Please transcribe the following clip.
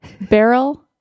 Barrel